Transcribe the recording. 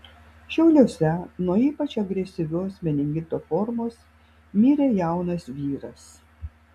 šiauliuose nuo ypač agresyvios meningito formos mirė jaunas vyras